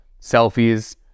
Selfies